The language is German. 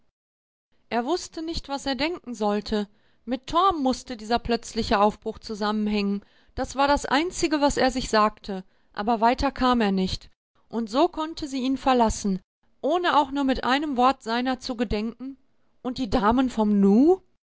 er wußte nicht was er denken sollte mit torm mußte dieser plötzliche aufbruch zusammenhängen das war das einzige was er sich sagte aber weiter kam er nicht und so konnte sie ihn verlassen ohne auch nur mit einem wort seiner zu gedenken und die damen vom nu